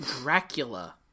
Dracula